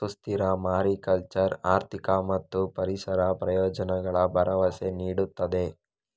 ಸುಸ್ಥಿರ ಮಾರಿಕಲ್ಚರ್ ಆರ್ಥಿಕ ಮತ್ತು ಪರಿಸರ ಪ್ರಯೋಜನಗಳ ಭರವಸೆ ನೀಡುತ್ತದೆ